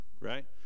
right